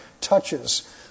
touches